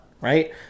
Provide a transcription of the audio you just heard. right